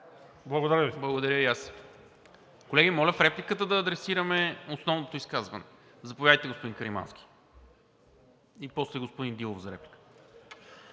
МИНЧЕВ: Благодаря и аз. Колеги, моля в репликата да адресираме основното изказване. Заповядайте, господин Каримански, и после господин Дилов за реплика.